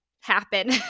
happen